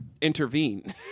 intervene